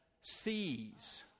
sees